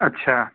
अच्छा